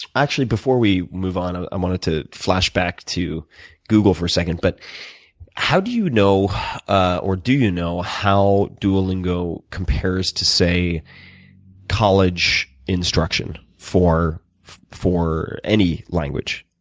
actually before we move on ah i wanted to flashback to google for a second. but how do you know ah or do you know how duolingo compares to say college instruction for for any language?